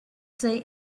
say